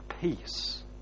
peace